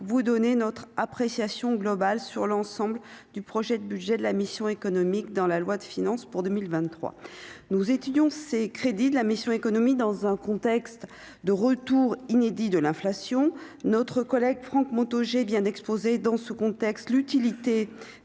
vous donner notre appréciation globale sur l'ensemble du projet de budget de la mission économique dans la loi de finances pour 2023, nous étudions ces crédits de la mission, Économie, dans un contexte de retour inédit de l'inflation, notre collègue Franck Montaugé bien d'exposer dans ce contexte, l'utilité